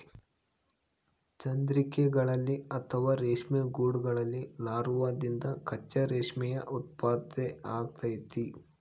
ಚಂದ್ರಿಕೆಗಳಲ್ಲಿ ಅಥವಾ ರೇಷ್ಮೆ ಗೂಡುಗಳಲ್ಲಿ ಲಾರ್ವಾದಿಂದ ಕಚ್ಚಾ ರೇಷ್ಮೆಯ ಉತ್ಪತ್ತಿಯಾಗ್ತತೆ